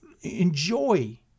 Enjoy